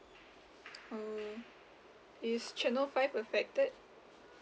oh it's channel five affected